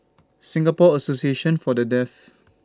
Singapore Association For The Deaf